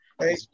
Hey